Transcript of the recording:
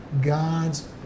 God's